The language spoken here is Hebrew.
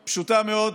שהיא פשוטה מאוד.